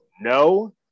No